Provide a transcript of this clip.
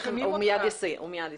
הוא מיד יסיים.